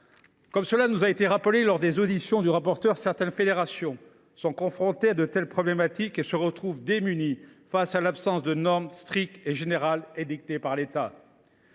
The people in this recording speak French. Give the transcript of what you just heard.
Comme cela nous a été rappelé lors des auditions du rapporteur, certaines fédérations, confrontées à de telles problématiques, se retrouvent démunies face à l’absence de normes strictes et générales édictées par l’État.